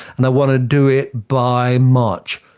and i want to do it by march,